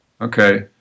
Okay